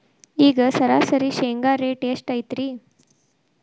ಈಗ ಸರಾಸರಿ ಶೇಂಗಾ ರೇಟ್ ಎಷ್ಟು ಐತ್ರಿ?